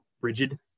rigid